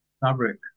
fabric